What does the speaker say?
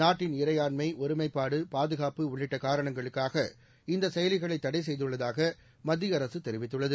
நாட்டின் இறையாண்மை ஒருமைப்பாடு பாதுகாப்பு உள்ளிட்ட காரணங்களுக்காக இந்த செயலிகளை தடை செய்துள்ளதாக மத்திய அரசு தெரிவித்துள்ளது